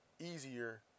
easier